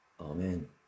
Amen